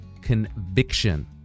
conviction